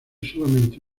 solamente